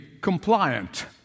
compliant